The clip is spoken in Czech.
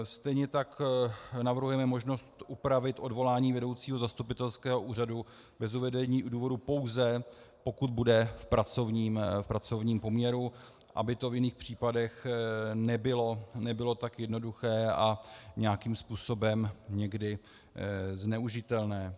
Stejně tak navrhujeme možnost upravit odvolání vedoucího zastupitelského úřadu bez uvedení důvodu pouze, pokud bude v pracovním poměru, aby to v jiných případech nebylo tak jednoduché a nějakým způsobem někdy zneužitelné.